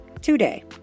today